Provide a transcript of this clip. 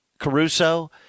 Caruso